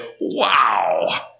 wow